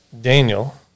Daniel